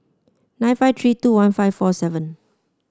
nine five three two one five four seven